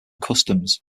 customs